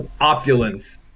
Opulence